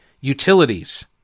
utilities